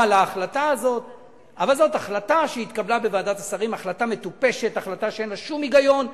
תקבל פטור מטעמי